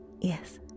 yes